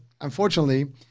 unfortunately